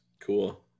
cool